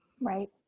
Right